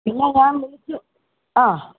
പിന്നെ ഞാൻ വിളിക്കും ആ